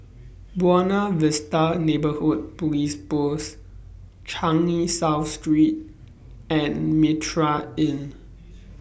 Buona Vista Neighbourhood Police Post Changi South Street and Mitraa Inn